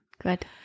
Good